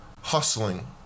hustling